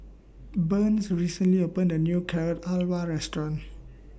Burns recently opened A New Carrot Halwa Restaurant